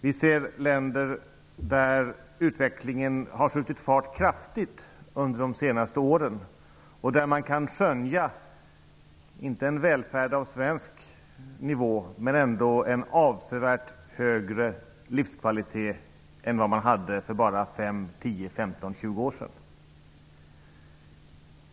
Vi ser länder där utvecklingen kraftigt har skjutit fart under de senaste åren och där man kan skönja, inte en välfärd som är av svensk nivå men ändå en avsevärt högre livskvalitet än vad man hade för bara 5--10--15--20 år sedan.